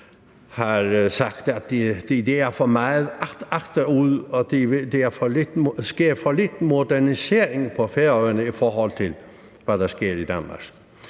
har sagt, at de er sakket for meget agter ud, og at der sker for lidt modernisering på Færøerne, i forhold til hvad der sker i Danmark.